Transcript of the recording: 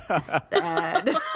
sad